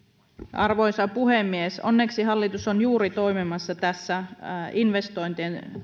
arvoisa puhemies onneksi hallitus on juuri toimimassa tässä investointien